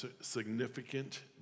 significant